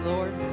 Lord